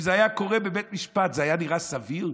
אם זה היה קורה בבית משפט, זה היה נראה סביר?